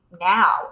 now